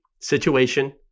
Situation